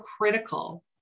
critical